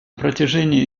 протяжении